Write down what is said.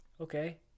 okay